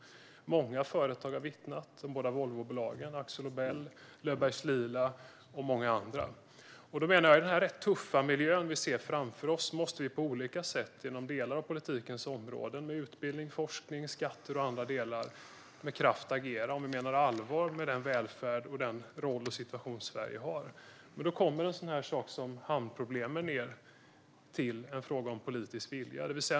Många företag har vittnat om det - de båda Volvobolagen, Akzo Nobel, Löfbergs Lila och många andra. I den rätt tuffa miljö vi ser framför oss måste vi på olika sätt genom delar av politikens områden med utbildning, forskning, skatter och andra delar med kraft agera om vi menar allvar med den välfärd, roll och situation som Sverige har. Då kommer en sådan sak som hamnproblemen att bli en fråga om politisk vilja.